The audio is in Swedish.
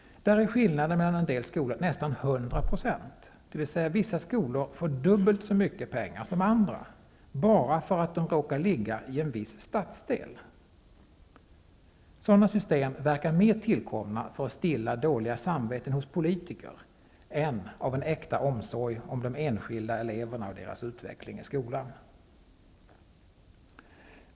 Där är skillnaden mellan en del skolor nästan 100 %, dvs. vissa skolor får dubbelt så mycket pengar som andra, bara för att de råkar ligga i en viss stadsdel. Sådana system verkar mera tillkomna för att stilla dåliga samveten hos politiker än av en äkta omsorg om de enskilda eleverna och deras utveckling i skolan.